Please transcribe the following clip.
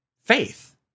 faith